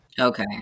Okay